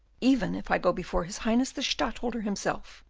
even if i go before his highness the stadtholder himself,